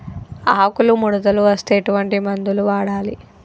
ఆకులు ముడతలు వస్తే ఎటువంటి మందులు వాడాలి?